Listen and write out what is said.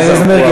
מרגי,